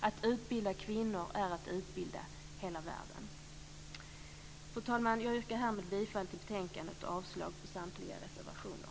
Att utbilda kvinnor är att utbilda hela världen! Fru talman! Jag yrkar härmed bifall till förslaget i betänkandet och avslag på samtliga reservationer.